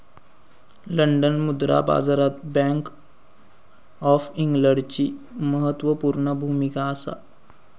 London मुद्रा बाजारात bank of इंग्लंडची म्हत्त्वापूर्ण भुमिका असा